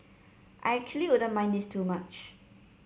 I actually wouldn't mind this too much